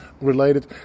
related